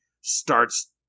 starts